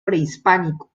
prehispánico